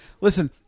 Listen